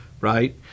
Right